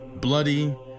bloody